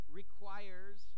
requires